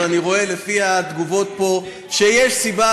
אבל אני רואה לפי התגובות פה שיש סיבה,